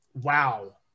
wow